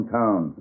town